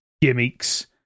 gimmicks